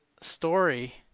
story